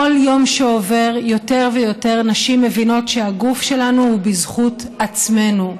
כל יום שעובר יותר ויותר נשים מבינות שהגוף שלנו הוא בזכות עצמנו.